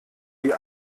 die